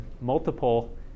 multiple